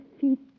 feet